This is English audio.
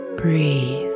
breathe